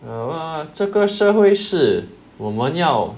ah 这个社会是我们要